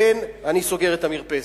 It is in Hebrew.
אני סוגר את המרפסת.